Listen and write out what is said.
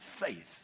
faith